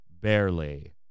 barely